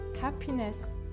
Happiness